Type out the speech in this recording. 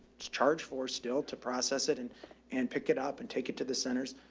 charge for still to process it and and pick it up and take it to the centers.